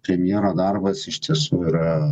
premjero darbas iš tiesų yra